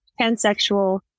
pansexual